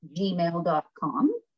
gmail.com